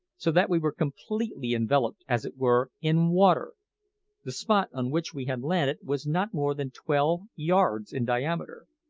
so that we were completely enveloped, as it were, in water the spot on which we had landed was not more than twelve yards in diameter,